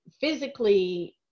physically